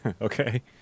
Okay